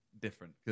Different